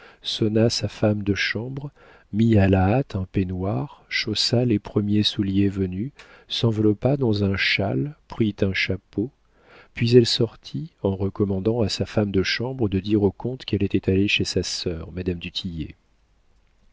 sonna sa femme de chambre mit à la hâte un peignoir chaussa les premiers souliers venus s'enveloppa dans un châle prit un chapeau puis elle sortit en recommandant à sa femme de chambre de dire au comte qu'elle était allée chez sa sœur madame